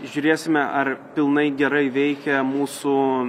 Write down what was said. žiūrėsime ar pilnai gerai veikia mūsų